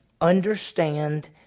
understand